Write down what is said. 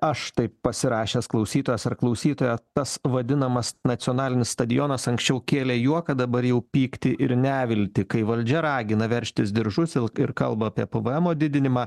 aš tai pasirašęs klausytojas ar klausytoja tas vadinamas nacionalinis stadionas anksčiau kėlė juoką dabar jau pyktį ir neviltį kai valdžia ragina veržtis diržus ir kalba apie pavaemo didinimą